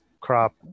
crop